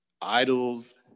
idols